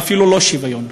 ואפילו לא שוויון: